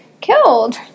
killed